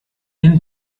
den